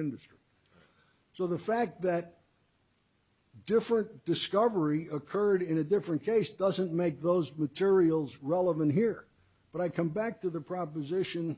industry so the fact that different discovery occurred in a different case doesn't make those materials relevant here but i come back to the proposition